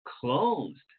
closed